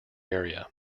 area